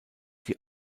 die